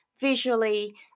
Visually